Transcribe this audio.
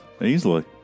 Easily